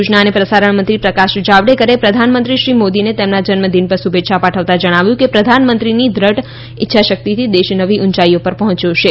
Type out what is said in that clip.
સૂચના અને પ્રસારણમંત્રી પ્રકાશ જાવડેકરે પ્રધાનમંત્રી શ્રી મોદીને તેમના જન્મદિન પર શુભેચ્છા પાઠવતા જણાવ્યું છે કે પ્રધાનમંત્રીની દૃઢ ઇચ્છાશક્તિથી દેશ નવી ઊંચાઈએ પર પહોંચ્યો છે